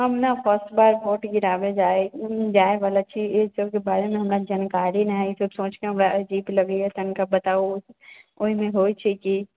हम ने फर्स्ट बार वोट गिराय जायवला छी इसबके बारमे हमरा जानकारी नहि अछि इसब सोचिके हमरा अजीब लगैया तनिके बताउ ओहिमे होइ छै की